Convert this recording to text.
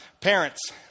parents